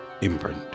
imprint